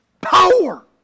power